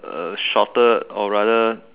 a shorter or rather